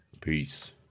Peace